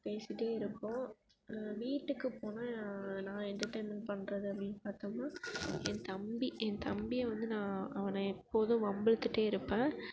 பேசிகிட்டே இருப்போம் வீட்டுக்கு போனால் நான் எண்டெர்டைன்மெண்ட் பண்ணுறது அப்படின்னு பார்த்தோம்னா என் தம்பி என் தம்பியை வந்து நான் அவனை எப்போதும் வம்புழுத்துட்டே இருப்பேன்